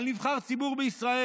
על נבחר ציבור בישראל.